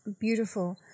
beautiful